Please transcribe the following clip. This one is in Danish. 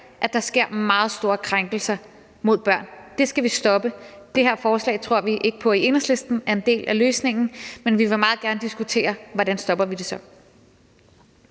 at der sker meget store krænkelser af børn? Det skal vi stoppe. Det her forslag tror vi ikke på i Enhedslisten er en del af løsningen, men vi vil meget gerne diskutere, hvordan vi så stopper det.